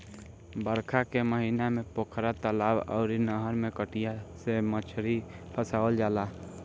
बरखा के महिना में पोखरा, तलाब अउरी नहर में कटिया से मछरी फसावल जाला